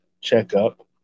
checkup